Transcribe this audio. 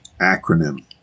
Acronym